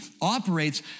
operates